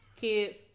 Kids